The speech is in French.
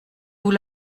vous